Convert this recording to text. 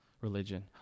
religion